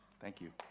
thank you.